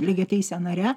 lygiateise nare